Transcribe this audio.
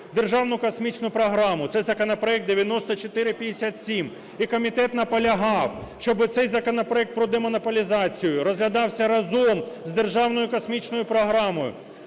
Державну космічну програму – це законопроект 9457. І комітет наполягав, щоби цей законопроект про демонополізацію розглядався разом з Державною космічною програмою,